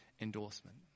endorsement